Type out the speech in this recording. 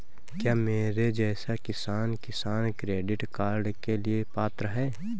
क्या मेरे जैसा किसान किसान क्रेडिट कार्ड के लिए पात्र है?